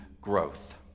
growth